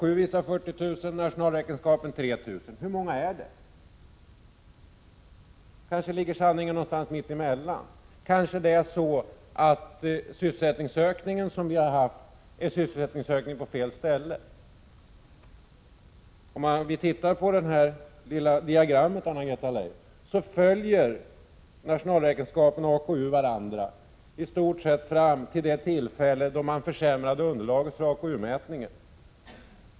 AKU visar 40 000, nationalräkenskapen 3 000. Hur många är det? Kanske sanningen ligger någonstans mitt emellan. Kanske sysselsättningsökningen som vi har haft är en sysselsättningsökning på fel ställe. Om vi tittar på det lilla diagrammet som jag har här, ser vi att nationalräkenskaperna och AKU följer varandra i stort sett fram till det tillfälle då man försämrade underlaget för AKU-mätningen.